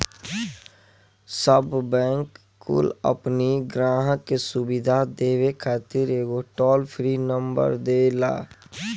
सब बैंक कुल अपनी ग्राहक के सुविधा देवे खातिर एगो टोल फ्री नंबर देला